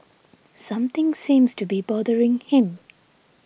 something seems to be bothering him